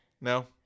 no